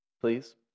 please